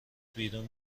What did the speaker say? بیرون